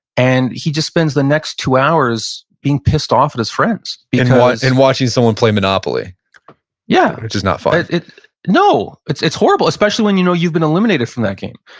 and he just spends the next two hours being pissed off at his friends because, and watching someone play monopoly yeah which is not fun no, it's horrible. horrible. especially when you know you've been eliminated from that game.